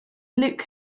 luke